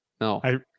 No